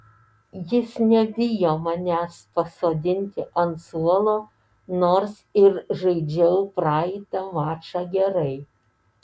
jis nebijo manęs pasodinti ant suolo nors ir žaidžiau praeitą mačą gerai